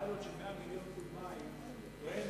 זה פיילוט של 100 מיליון קוב מים, כך